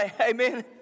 Amen